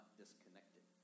Disconnected